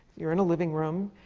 you're in a living room.